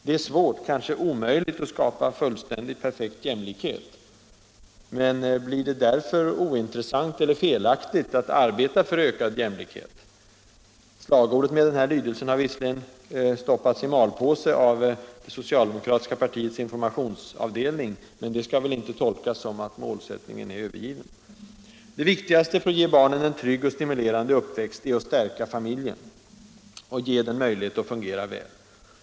Det är svårt, kanske omöjligt, att skapa fullständig, perfekt jämlikhet. Men blir det därför ointressant eller felaktigt att arbeta för ökad jämlikhet? Slagordet ”ökad jämlikhet” har visserligen stoppats i malpåse av socialdemokratiska partiets informationsavdelning —- men det skall väl inte tolkas som att målsättningen är övergiven? Det viktigaste för att ge barnen en trygg och stimulerande uppväxt är att stärka familjen och ge den möjlighet att fungera väl.